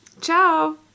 Ciao